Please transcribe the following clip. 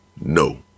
no